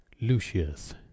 lucius